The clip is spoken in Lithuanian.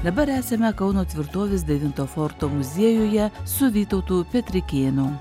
dabar esame kauno tvirtovės devinto forto muziejuje su vytautu petrikėnu